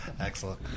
Excellent